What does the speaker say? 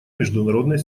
международной